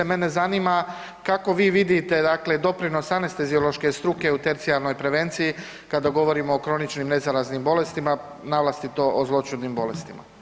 Mene zanima kako vi vidite, dakle doprinos anesteziološke struke u tercijarnoj prevenciji kada govorimo o kroničnim nezaraznim bolestima naročito o zloćudnim bolestima.